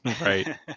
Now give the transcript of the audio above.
Right